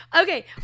okay